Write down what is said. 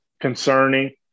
concerning